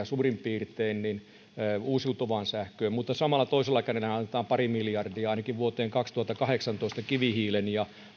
suurin piirtein kaksikymmentä miljardia uusiutuvaan sähköön mutta samalla toisella kädellä annetaan pari miljardia ainakin vuoteen kaksituhattakahdeksantoista kivihiileen ja